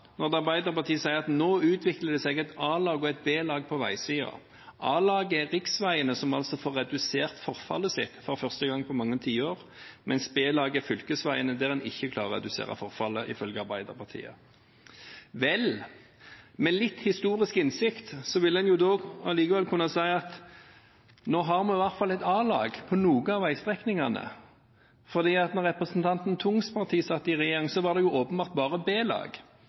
når Arbeiderpartiet sier at nå utvikler det seg et A-lag og et B-lag på veisiden. A-laget er riksveiene, som altså får redusert forfallet sitt for første gang på mange tiår, mens B-laget er fylkesveiene, der en ikke klarer å redusere forfallet, ifølge Arbeiderpartiet. Vel, med litt historisk innsikt vil en allikevel kunne si at nå har vi i hvert fall et A-lag på noen av veistrekningene. Da representanten Tungs parti satt i regjering, var det åpenbart bare